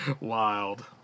Wild